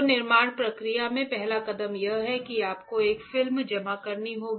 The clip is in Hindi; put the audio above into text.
तो निर्माण प्रक्रिया में पहला कदम यह है कि आपको एक फिल्म जमा करनी होगी